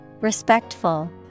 Respectful